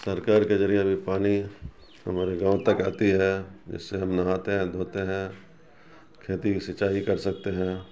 سرکار کے ذریعہ بھی پانی ہمارے گاؤں تک آتی ہے جس سے ہم نہاتے ہیں دھوتے ہیں کھیتی کی سینچائی کر سکتے ہیں